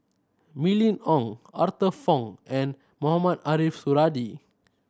Mylene Ong Arthur Fong and Mohamed Ariff Suradi